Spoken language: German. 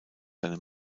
seine